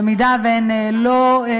במידה שאין נשים,